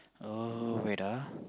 uh wait ah